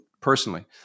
personally